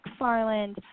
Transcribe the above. McFarland